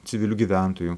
civilių gyventojų